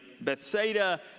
Bethsaida